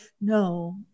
no